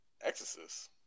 Exorcist